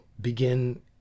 begin